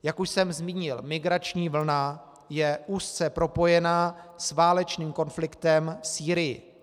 Jak už jsem zmínil, migrační vlna je úzce propojená s válečným konfliktem v Sýrii.